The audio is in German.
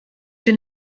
den